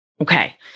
Okay